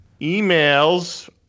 emails